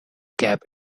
cap